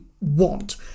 want